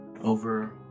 over